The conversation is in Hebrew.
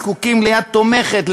הזקוקים ליד תומכת,